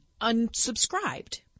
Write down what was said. unsubscribed